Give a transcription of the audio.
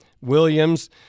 Williams